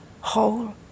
whole